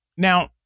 Now